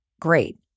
great